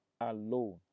alone